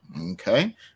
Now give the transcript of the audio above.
Okay